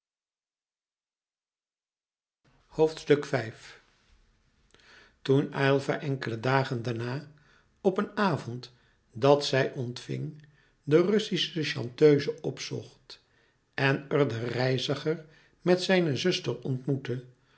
toen aylva enkele dagen daarna op een avond dat zij ontving de russische chanteuse opzocht en er den reiziger met zijne zuster ontmoette